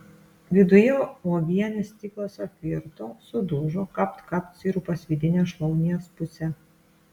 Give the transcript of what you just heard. viduje uogienės stiklas apvirto sudužo kapt kapt sirupas vidine šlaunies puse